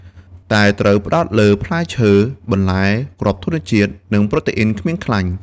តែត្រូវផ្តោតលើផ្លែឈើ បន្លែ គ្រាប់ធញ្ញជាតិ និងប្រូតេអ៊ីនគ្មានខ្លាញ់។